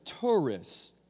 tourists